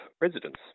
residents